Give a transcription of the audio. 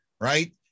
right